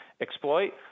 exploit